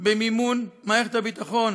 במימון מערכת הביטחון